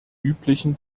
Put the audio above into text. üblichen